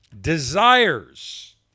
desires